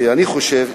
אני חושב,